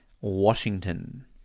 Washington